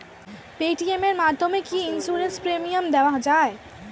Paytm এর মাধ্যমে কি ইন্সুরেন্স প্রিমিয়াম দেওয়া যায়?